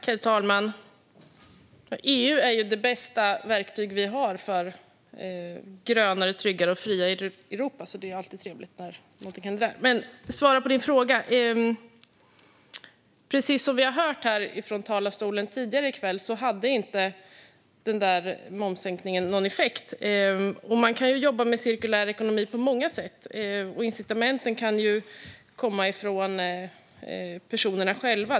Herr talman! EU är det bästa verktyg vi har för ett grönare, tryggare och friare Europa, så det är alltid trevligt när något händer där. Som svar på din fråga: Precis som vi har hört från talarstolen tidigare i kväll hade momssänkningen ingen effekt. Men man kan jobba för cirkulär ekonomi på många sätt, och incitamenten kan komma från personerna själva.